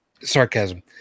sarcasm